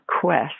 quest